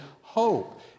hope